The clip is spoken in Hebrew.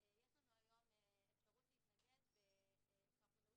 יש לנו היום אפשרות להתנגד כשאנחנו מדברים